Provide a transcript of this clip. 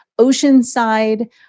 Oceanside